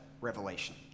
revelation